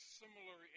similar